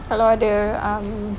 kalau ada um